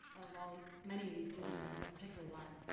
of all. many of these diseases, but particularly lyme.